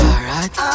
Alright